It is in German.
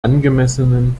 angemessenen